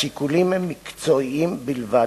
השיקולים הם מקצועיים בלבד.